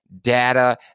data